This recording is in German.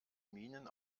minen